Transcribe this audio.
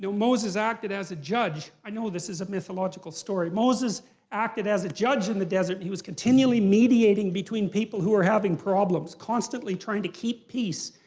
moses acted as a judge, i know this is a mythological story. moses acted as a judge in the desert. he was continually mediating between people who are having problems. constantly trying to keep peace.